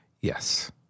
Yes